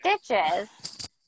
stitches